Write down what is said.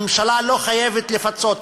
הממשלה לא חייבת לפצות.